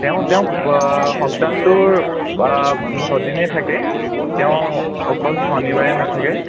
তেওঁ তেওঁ সপ্তাহটোৰ ছদিনেই থাকে তেওঁ অকল শনিবাৰে নাথাকে